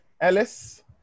Ellis